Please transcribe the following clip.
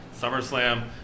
SummerSlam